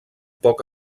poc